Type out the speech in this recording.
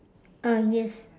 uh yes